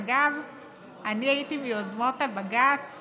אגב אני הייתי מיוזמות הבג"ץ